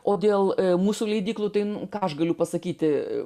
o dėl mūsų leidyklų tai nu ką aš galiu pasakyti